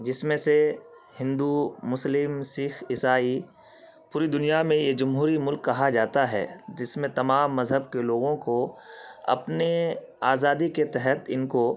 جس میں سے ہندو مسلم سکھ عیسائی پوری دنیا میں یہ جمہوری ملک کہا جاتا ہے جس میں تمام مذہب کے لوگوں کو اپنے آزادی کے تحت ان کو